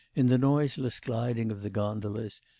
in the noiseless gliding of the gondolas,